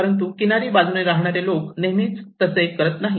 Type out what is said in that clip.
परंतु किनारी बाजूने राहणारे लोक नेहमी तसे करत नाही